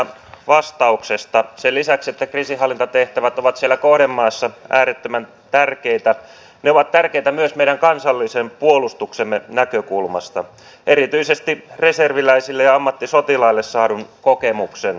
sen lisäksi että kriisinhallintatehtävät ovat siellä kohdemaassa äärettömän tärkeitä ne ovat tärkeitä myös meidän kansallisen puolustuksemme näkökulmasta erityisesti reserviläisille ja ammattisotilaille saadun kokemuksen kautta